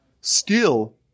skill